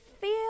feel